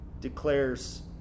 declares